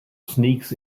sneaks